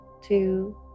two